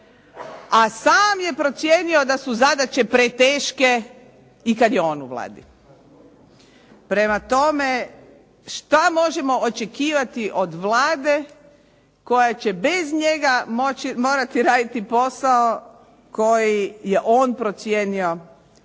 a sam je procijenio da su zadaće teške i kada je on u Vladi. Prema tome, što možemo očekivati od Vlade koja će bez njega morati raditi posao koji je on procijenio